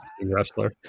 wrestler